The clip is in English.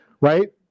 right